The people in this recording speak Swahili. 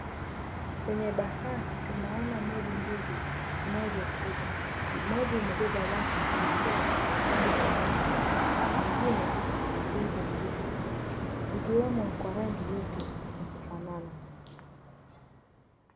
Kwenye bahari tunaona meli mbili zinazokuja. Moja imebeba watu kuelekea upande mwengine na ingine ikiweza kuja zikiwemo kwa rangi yote ya kufanana.